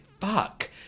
fuck